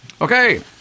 Okay